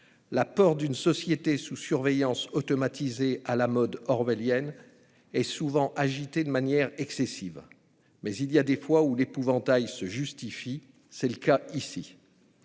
La peur d'une société sous surveillance automatisée, à la mode orwellienne, est souvent agitée de manière excessive, mais parfois l'épouvantail se justifie. C'est le cas ici.